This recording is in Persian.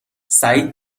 سعید